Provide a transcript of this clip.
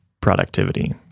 productivity